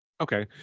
Okay